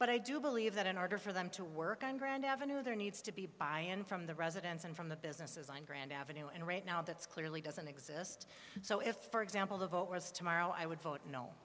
but i do believe that in order for them to work on grand avenue there needs to be buy in from the residents and from the businesses on grand avenue and right now that's clearly doesn't exist so if for example the vote was tomorrow i would